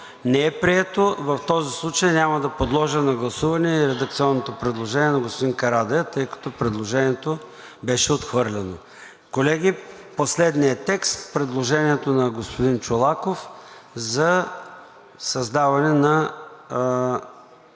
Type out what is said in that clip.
не е прието. В този случай няма да подложа на гласуване редакционното предложение на господин Карадайъ, тъй като предложението беше отхвърлено. Колеги, последният текст – предложението на господин Чолаков за създаване на